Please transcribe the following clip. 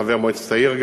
חבר מועצת העיר.